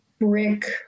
brick